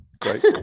great